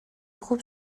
خوب